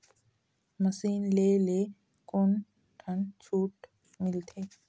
Machine ले ले कोन ठन छूट मिलथे?